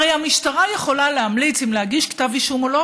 הרי המשטרה יכולה להמליץ אם להגיש כתב אישום או לא,